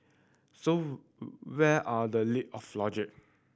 so where are the leap of logic